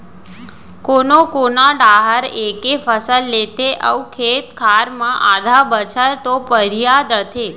कोनो कोना डाहर एके फसल लेथे अउ खेत खार मन आधा बछर तो परिया रथें